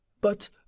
but